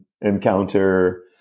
encounter